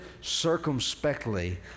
circumspectly